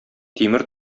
тимер